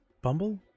Bumble